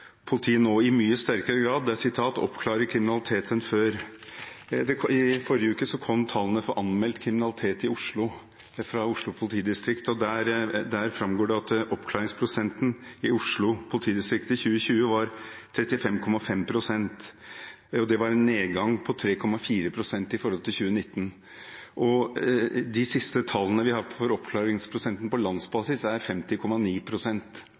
politiet nå i mye sterkere grad enn før oppklarer kriminalitet. I forrige uke kom tallene for anmeldt kriminalitet i Oslo fra Oslo politidistrikt. Der framgår det at oppklaringsprosenten i Oslo politidistrikt i 2020 var på 35,5 pst. Det var en nedgang på 3,4 pst. i forhold til 2019. De siste tallene vi har for oppklaringsprosenten på landsbasis, er